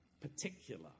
particular